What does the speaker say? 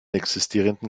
existierenden